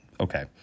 okay